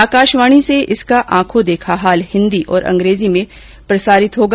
आकाशवाणी से इसका आंखों देखा हाल हिन्दी और अंग्रेजी में प्रसारित किया जाएगा